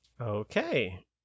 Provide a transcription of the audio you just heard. Okay